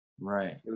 Right